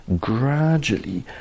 gradually